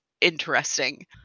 interesting